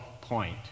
point